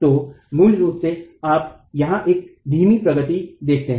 तो मूल रूप से आप यहाँ एक धीमी प्रगति देखते हैं